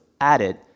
added